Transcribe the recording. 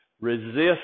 Resist